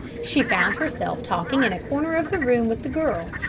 she found herself talking in a corner of the room with the girl,